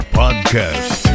podcast